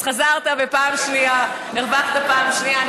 אז חזרת, ופעם שנייה, הרווחת פעם שנייה.